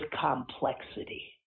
complexity